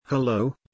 Hello